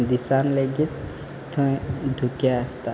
दिसान लेगीत थंय धुकें आसता